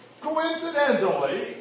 coincidentally